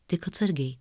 tik atsargiai